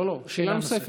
לא, לא, שאלה נוספת.